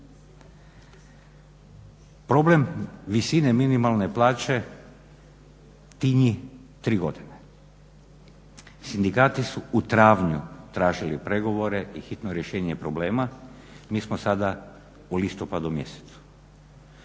Problem visine minimalne plaće tinji 3 godine. Sindikati su u travnju tražili pregovore i hitno rješenje problema, mi smo sada u listopadu mjesecu.